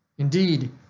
indeed,